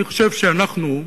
אני חושב שאנחנו,